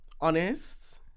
honest